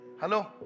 Hello